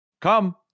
come